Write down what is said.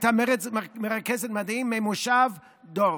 הייתה מרכזת מדעים במושב דור.